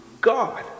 God